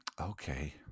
Okay